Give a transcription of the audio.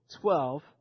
twelve